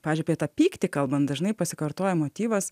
pavyzdžiui apie tą pyktį kalbant dažnai pasikartoja motyvas